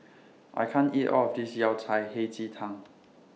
I can't eat All of This Yao Cai Hei Ji Tang